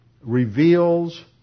reveals